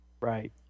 Right